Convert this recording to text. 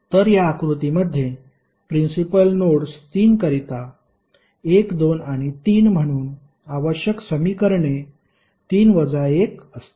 तर या आकृतीमध्ये प्रिन्सिपल नोड्स 3 करिता 1 2 आणि 3 म्हणून आवश्यक समीकरणे 3 वजा 1 असतील